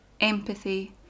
empathy